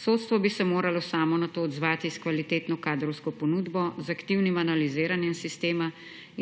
Sodstvo bi se moralo samo na to odzvati s kvalitetno kadrovsko ponudbo, z aktivnim analiziranjem sistema